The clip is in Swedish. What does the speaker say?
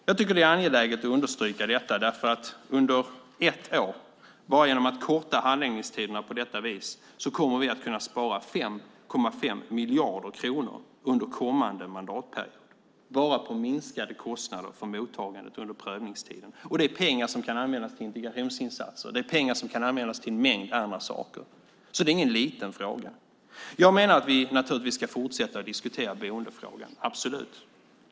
Jag tycker att det är angeläget att understryka detta, för bara genom att korta handläggningstiderna kommer vi under ett år att kunna spara 5,5 miljarder kronor under kommande mandatperiod. Det är bara på minskade kostnader för mottagandet under prövningstiden. Det är pengar som kan användas till integrationsinsatser och till en mängd andra saker. Det är alltså ingen liten fråga. Jag menar att vi naturligtvis ska fortsätta att diskutera boendefrågan - absolut.